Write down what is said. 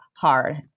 hard